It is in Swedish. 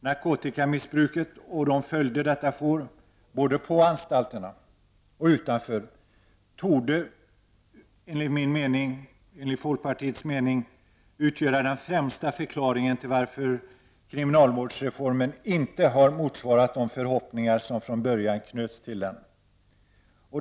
Narkotikamissbruket och de följder detta får både på anstalterna och utanför torde enligt folkpartiets mening utgöra den främsta förklaringen till varför krimi nalvårdsreformen inte har motsvarat de förhoppningar som från början knöts till den.